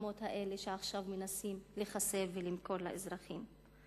האדמות האלה שעכשיו מנסים לחסל ולמכור לאזרחים.